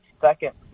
second